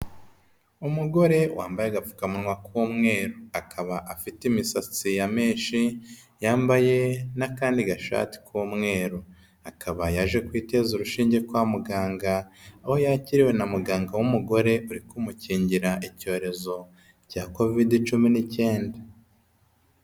Umugore wambaye agapfukamunwa k'umweru, akaba afite imisatsi ya menshi yambaye n'akandi gashati k'umweru, akaba yaje kwiteza urushinge kwa muganga aho yakiriwe na muganga w'umugore uri kumukingira icyorezo cya Kovide cumi n'icyenda.